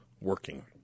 working